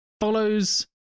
follows